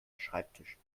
schreibtisch